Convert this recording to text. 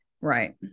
right